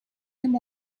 them